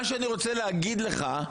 מה שאני רוצה להגיד לך,